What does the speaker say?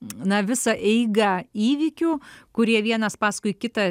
na visą eigą įvykių kurie vienas paskui kitą